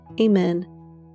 Amen